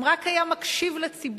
אם רק היה מקשיב לציבור,